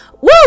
woo